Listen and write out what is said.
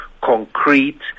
concrete